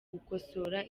gukosora